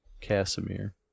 Casimir